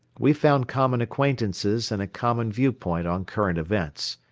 we found common acquaintances and a common viewpoint on current events.